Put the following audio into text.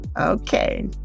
Okay